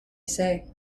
say